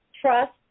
trust